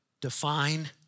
Define